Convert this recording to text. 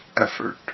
effort